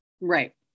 Right